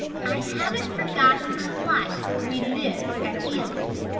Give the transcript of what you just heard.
i haven't forgotten the life we lived at ealing,